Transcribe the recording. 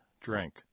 drink